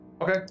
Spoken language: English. Okay